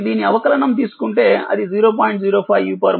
కాబట్టిదీని అవకలనం తీసుకుంటే అది 0